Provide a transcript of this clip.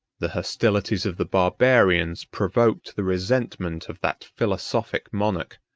the hostilities of the barbarians provoked the resentment of that philosophic monarch,